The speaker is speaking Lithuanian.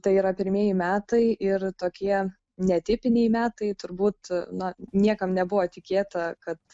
tai yra pirmieji metai ir tokie netipiniai metai turbūt na niekam nebuvo tikėta kad